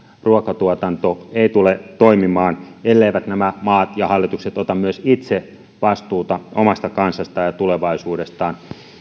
ruokatuotanto eivät tule toimimaan elleivät nämä maat ja hallitukset ota myös itse vastuuta omasta kansastaan ja tulevaisuudestaan